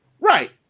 right